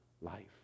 life